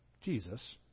Jesus